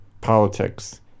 politics